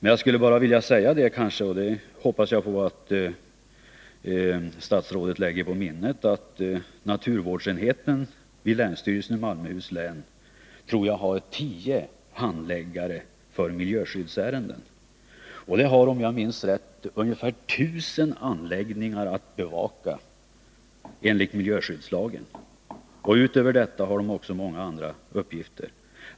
Naturvårdsenheten vid länsstyrelsen i Malmöhus län — jag hoppas att statsrådet lägger detta på minnet — har, tror jag, tio handläggare för miljöskyddsärenden. De har, om jag minns rätt, ungefär 1 000 anläggningar att bevaka enligt miljöskyddslagen. Utöver detta har de många andra uppgifter.